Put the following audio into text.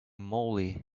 moly